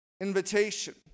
invitation